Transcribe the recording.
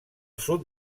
sud